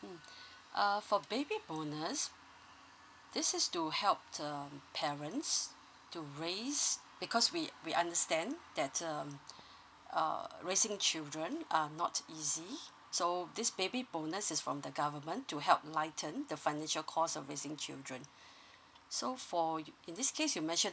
mm uh for baby bonus this is to help to um parents to raise because we we understand that um uh raising children are not easy so this baby bonus is from the government to help lighten the financial cost of raising children so for you in this case you mention